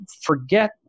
forget